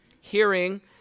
hearing